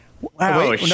wow